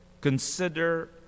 consider